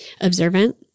observant